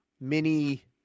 mini